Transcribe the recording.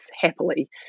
happily